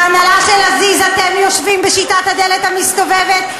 בהנהלה של Aziz אתם יושבים בשיטת הדלת המסתובבת,